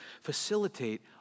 facilitate